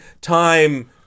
time